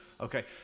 Okay